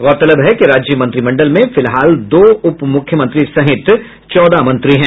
गौरतलब है कि राज्य मंत्रिमंडल में फिलहाल दो उपमुख्यमंत्री सहित चौदह मंत्री है